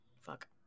Fuck